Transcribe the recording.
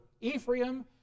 Ephraim